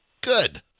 Good